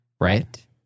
Right